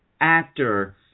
actor